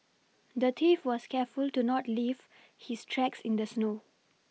the thief was careful to not leave his tracks in the snow